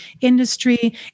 industry